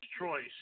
choice